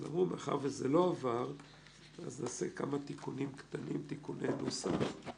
מאחר שזה לא עבר נעשה כמה תיקוני נוסח קטנים.